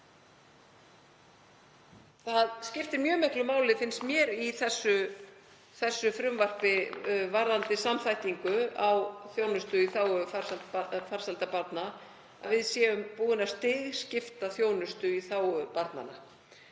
Það skiptir mjög miklu máli, finnst mér, í þessu frumvarpi varðandi samþættingu á þjónustu í þágu farsældar barna, að við séum búin að stigskipta þjónustu í þágu barna